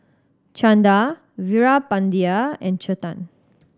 Chanda Veerapandiya and Chetan